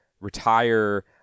retire